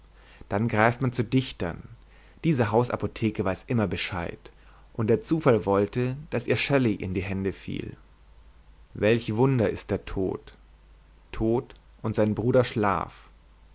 dann greift man zu dichtern diese hausapotheke weiß immer bescheid und der zufall wollte daß ihr shelley in die hände fiel welch wunder ist der tod tod und sein bruder schlaf